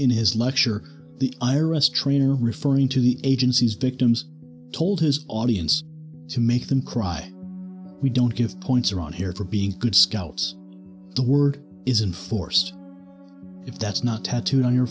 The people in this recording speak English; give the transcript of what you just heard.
in his lecture the iris trainer referring to the agencies dictums told his audience to make them cry we don't give points around here for being good scouts the word isn't forced if that's not tattooed on your